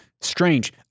Strange